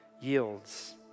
yields